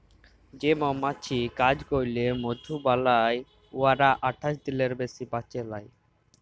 যে মমাছি কাজ ক্যইরে মধু বালাই উয়ারা আঠাশ দিলের বেশি বাঁচে লায়